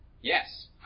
Yes